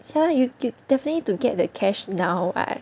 ya you you definitely need to get that cash now [what]